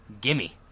gimme